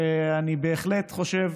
ואני בהחלט חושב